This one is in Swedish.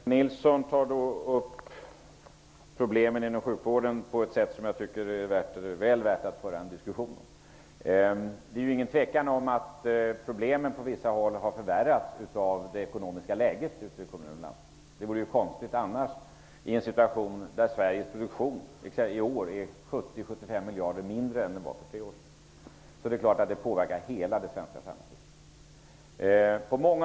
Herr talman! Rolf L Nilson tar upp problem inom sjukvården som jag tycker att det är väl värt att föra en diskussion om. Det är ingen tvekan om att problemen på vissa håll har förvärrats av det ekonomiska läget i kommuner och landsting. Det vore konstigt annars i en situation där Sveriges produktion exempelvis i år är 70--75 miljarder mindre än för tre år sedan. Det påverkar hela det svenska samhällslivet.